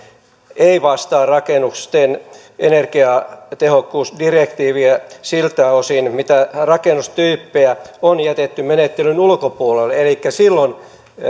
ei vastaa rakennusten energiatehokkuusdirektiiviä siltä osin mitä rakennustyyppejä on jätetty menettelyn ulkopuolelle elikkä